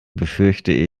befürchte